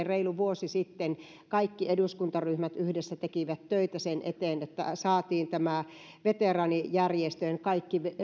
reilu vuosi sitten kaikki eduskuntaryhmät yhdessä tekivät töitä sen eteen että saatiin veteraanijärjestöjen kaikki